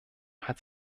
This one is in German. hat